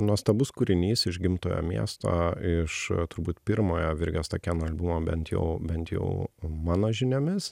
nuostabus kūrinys iš gimtojo miesto iš turbūt pirmojo virgio stakėno albumo bent jau bent jau mano žiniomis